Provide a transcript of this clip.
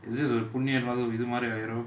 புண்ணியமா இது மாரி ஆயிடும்:punniyamaa ithu maari ayidum